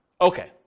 Okay